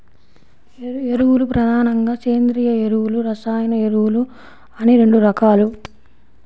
ఎరువులు ప్రధానంగా సేంద్రీయ ఎరువులు, రసాయన ఎరువులు అని రెండు రకాలు